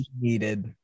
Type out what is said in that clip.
needed